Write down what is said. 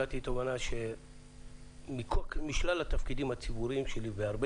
הגעתי לתובנה שמשלל התפקידים הציבוריים שלי זה הרבה